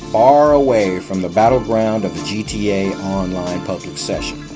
far away from the battleground of a gta online public session.